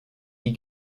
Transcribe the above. die